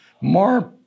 more